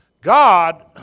God